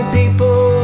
people